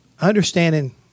understanding